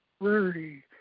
rarity